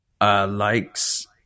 likes